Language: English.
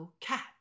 cat